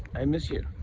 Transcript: i miss you.